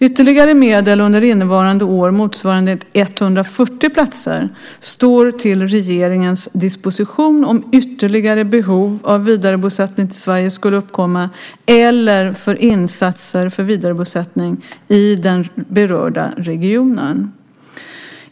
Ytterligare medel, under innevarande år motsvarande 140 platser, står till regeringens disposition om ytterligare behov av vidarebosättning i Sverige skulle uppkomma eller för insatser för vidarebosättning i den berörda regionen.